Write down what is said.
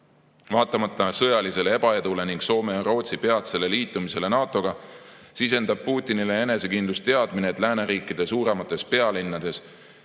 katse. Vaatamata sõjalisele ebaedule ning Soome ja Rootsi peatsele liitumisele NATO‑ga sisendab Putinile enesekindlust teadmine, et lääneriikide suuremates pealinnades